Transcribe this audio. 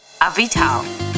Avital